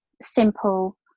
simple